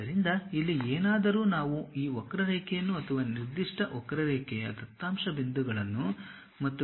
ಆದ್ದರಿಂದ ಇಲ್ಲಿ ಏನಾದರೂ ನಾವು ಈ ವಕ್ರರೇಖೆಯನ್ನು ಅಥವಾ ನಿರ್ದಿಷ್ಟ ವಕ್ರರೇಖೆಯ ದತ್ತಾಂಶ ಬಿಂದುಗಳನ್ನು ಮತ್ತು ಗಡಿಗಳನ್ನು ರೂಪಿಸುತ್ತೇವೆ